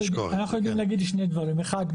אנחנו יודעים להגיד שני דברים: אחד,